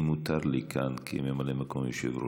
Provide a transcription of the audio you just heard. אם מותר לי כאן, כממלא מקום יושב-ראש: